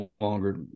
longer